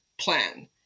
plan